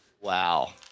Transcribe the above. Wow